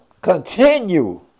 Continue